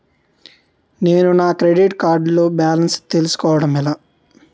నేను నా credit card లో బాలన్స్ తెలుసుకోవడం ఎలా?